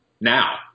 now